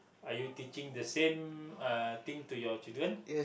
are you teaching the same uh thing to your children